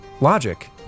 logic